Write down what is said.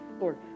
Lord